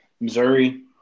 Missouri